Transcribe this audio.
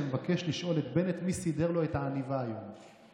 שמבקש לשאול את בנט מי סידר לו את העניבה היום.